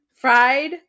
fried